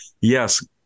yes